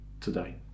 today